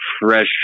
fresh